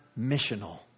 missional